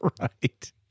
Right